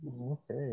Okay